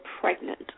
pregnant